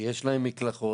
שיש להם מקלחות,